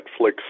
Netflix